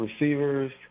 receivers